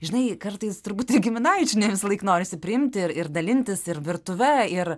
žinai kartais turbūt ir giminaičių ne visąlaik norisi priimti ir ir dalintis ir virtuve ir